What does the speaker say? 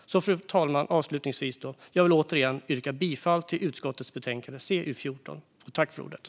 Fru talman! Jag vill avslutningsvis återigen yrka bifall till utskottets förslag i betänkande CU14.